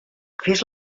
fes